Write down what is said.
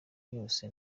yose